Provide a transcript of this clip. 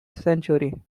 sanctuary